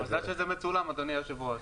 מזל שזה מצולם, אדוני היושב-ראש.